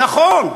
נכון.